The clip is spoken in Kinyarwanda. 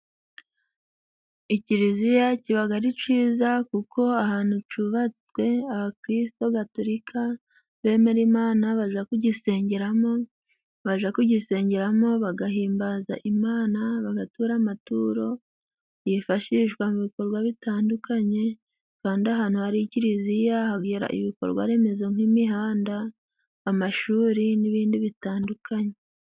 Ikiliziya kibaga ari ciza, kuko ahantu cubatswe abakirisitu Gatolika bemera Imana baja kugisengeramo, baja kugisengeramo bagahimbaza Imana, bagatura amaturo yifashishwa mu bikorwa bitandukanye kandi ahantu hari kiliziya hagera ibikorwaremezo nk'imihanda, amashuri, n'ibindi bitandukanye.